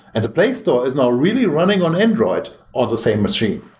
and the play store is now really running on android or the same machine.